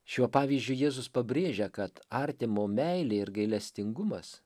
šiuo pavyzdžiu jėzus pabrėžia kad artimo meilė ir gailestingumas